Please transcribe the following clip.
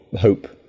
hope